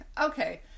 okay